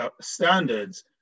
standards